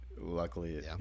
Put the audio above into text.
luckily